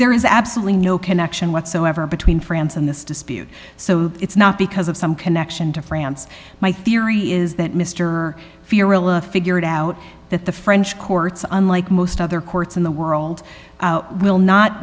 there is absolutely no connection whatsoever between france and this dispute so it's not because of some connection to france my theory is that mr farrell a figured out that the french courts unlike most other courts in the world will not